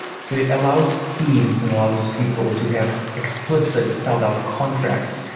so it allows teams and allows people to have explicit spelled-out contracts,